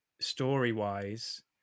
story-wise